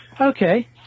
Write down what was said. Okay